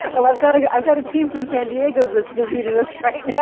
um i've got and i've got a team from san diego that's visiting us right now,